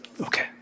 okay